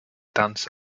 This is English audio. dance